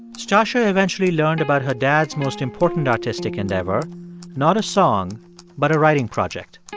stacya eventually learned about her dad's most important artistic endeavor not a song but a writing project